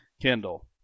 Kendall